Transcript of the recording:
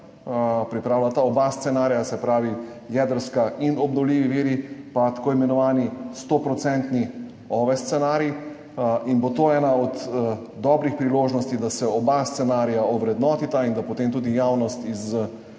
pripravljata oba scenarija, se pravi jedrska in obnovljivi viri, pa tako imenovani stoprocentni OVE scenarij. To bo ena od dobrih priložnosti, da se oba scenarija ovrednotita in da ima potem tudi javnost iz